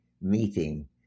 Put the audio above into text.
meeting